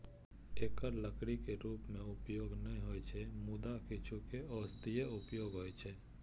एकर लकड़ी के रूप मे उपयोग नै होइ छै, मुदा किछु के औषधीय उपयोग होइ छै